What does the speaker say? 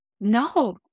No